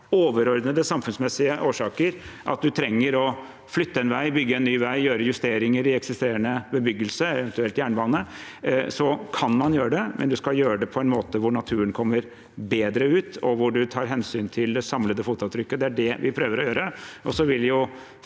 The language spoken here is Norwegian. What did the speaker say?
overordnede samfunnsmessige årsaker kommer til at man trenger å flytte en vei, bygge en ny vei eller gjøre justeringer i eksisterende bebyggelse eller jernbane, kan man gjøre det, men man skal gjøre det på en måte hvor naturen kommer bedre ut, og hvor man tar hensyn til det samlede fotavtrykket. Det er det vi prøver å gjøre, og så vil